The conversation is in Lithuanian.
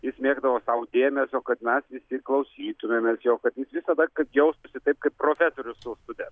jis mėgdavo sau dėmesio kad mes visi klausytumėmės jo kad jis visada kad jaustųsi taip kaip profesorius su studentu